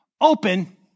Open